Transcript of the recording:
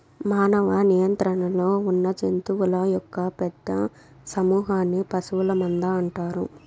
మానవ నియంత్రణలో ఉన్నజంతువుల యొక్క పెద్ద సమూహన్ని పశువుల మంద అంటారు